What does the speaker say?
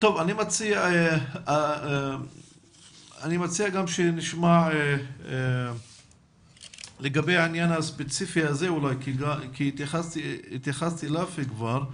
אני מציע גם שנשמע לגבי העניין הספציפי הזה אולי כי התייחסת אליו כבר.